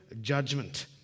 judgment